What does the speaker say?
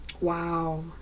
Wow